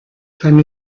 kann